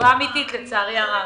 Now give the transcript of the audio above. תשובה אמיתית, לצערי הרב.